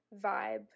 vibe